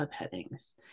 subheadings